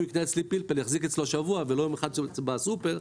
פלפל שהוא יקנה אצלי יחזיק אצלו שבוע ולא יום אחד כמו פלפל מהסופר,